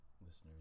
listeners